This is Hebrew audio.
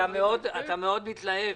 אתה מאוד מתלהב,